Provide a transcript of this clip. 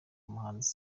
umuhanzi